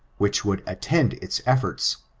which would attend its efforts,